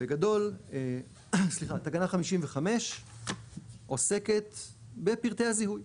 בגדול תקנה 55 עוסקת בפרטי הזיהוי.